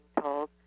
told